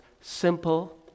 simple